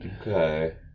Okay